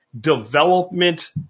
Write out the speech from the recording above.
development